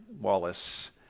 Wallace